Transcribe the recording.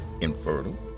infertile